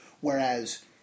Whereas